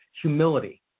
humility